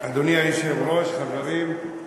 היושב-ראש, חברים,